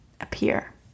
appear